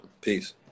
Peace